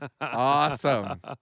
Awesome